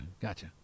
gotcha